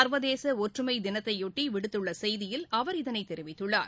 சர்வதேச ஒற்றுமை தினத்தையொட்டி விடுத்துள்ள செய்தியில் அவர் இதனைத் தெரிவித்துள்ளார்